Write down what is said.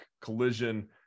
collision